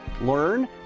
learn